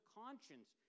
conscience